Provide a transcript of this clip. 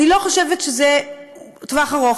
אני לא חושבת שזה לטווח ארוך.